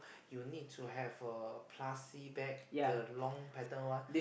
you need to have a plastic bag the long pattern one